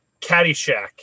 Caddyshack